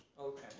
Okay